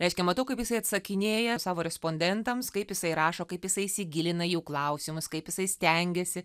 reiškia matau kaip jisai atsakinėja savo respondentams kaip jisai rašo kaip jisai įsigilina į jų klausimus kaip jisai stengiasi